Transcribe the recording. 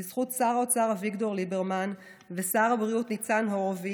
בזכות שר האוצר אביגדור ליברמן ושר הבריאות ניצן הורוביץ,